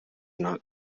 not